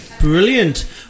Brilliant